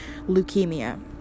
leukemia